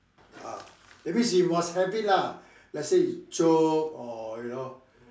ah that means you must have it lah let's say chok or you know